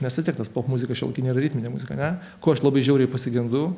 nes vistiek tas popmuzika šiuolaikinė yra ritminė muzika ane ko aš labai žiauriai pasigendu